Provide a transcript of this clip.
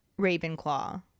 Ravenclaw